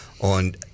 on –